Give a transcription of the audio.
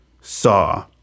Saw-